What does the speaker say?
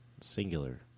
Singular